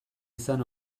izan